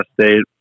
State